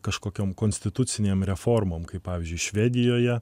kažkokiom konstitucinėm reformom kaip pavyzdžiui švedijoje